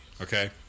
Okay